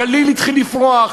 הגליל התחיל לפרוח,